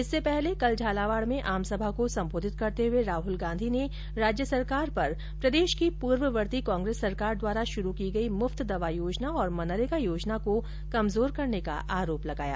इससे पहले कल झालावाड में आम सभा को संबोधित करते हए राहल गांधी ने राज्य सरकार पर प्रदेश की पूर्ववर्ती कांग्रेस सरकार द्वारा शुरू की गई मुफ़त दवा योजना तथा मनरेगा योजना को कमजोर करने का आरोप लगाया